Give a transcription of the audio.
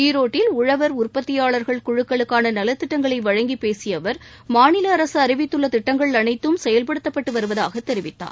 ஈரோட்டில் உழவர் உற்பத்தியாளர்கள் குழுக்களுக்கான நலத்திட்டங்களை வழங்கி பேசிய அவர் மாநில அரசு அறிவித்துள்ள திட்டங்கள் அனைத்தும் செயல்படுத்தப்பட்டு வருவதாக தெரிவித்தார்